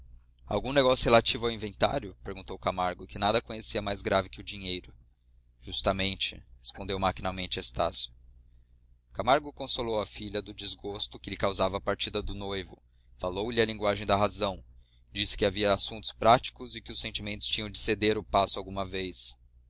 algum negócio relativo ao inventário aventurou camargo que nada conhecia mais grave que o dinheiro justamente respondeu maquinalmente estácio camargo consolou a filha do desgosto que lhe causava a partida do noivo falou-lhe a linguagem da razão disse que havia assuntos práticos a que os sentimentos tinham de ceder o passo alguma vez